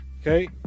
okay